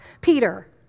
Peter